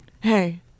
Hey